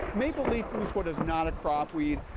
maple leaf goose foot is not a crop wed.